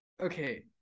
Okay